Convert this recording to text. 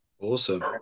Awesome